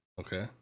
Okay